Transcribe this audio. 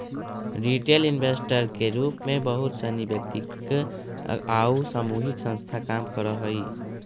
retail investor के रूप में बहुत सनी वैयक्तिक आउ सामूहिक संस्था काम करऽ हइ